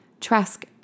Trask